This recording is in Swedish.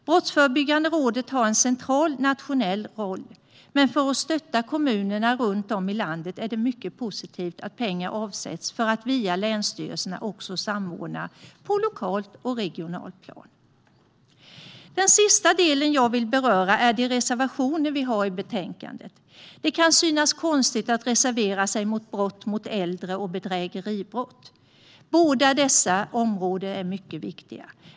Brottsförebyggande rådet har en central nationell roll. Men när det gäller att stötta kommunerna runt om i landet är det mycket positivt att pengar avsätts för att man via länsstyrelserna ska kunna samordna på lokalt och regionalt plan. Den sista delen jag vill beröra gäller de reservationer vi har i betänkandet. Det kan synas konstigt att reservera sig i fråga om brott mot äldre och bedrägeribrott. Båda dessa områden är mycket viktiga.